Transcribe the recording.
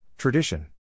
Tradition